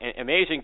amazing